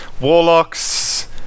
warlocks